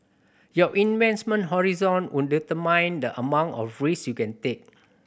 your investment horizon would determine the amount of risk you can take